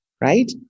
right